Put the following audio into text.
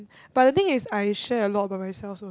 but the thing is I share a lot about myself also